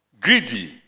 Greedy